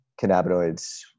cannabinoids